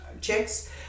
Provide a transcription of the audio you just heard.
checks